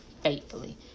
faithfully